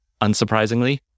unsurprisingly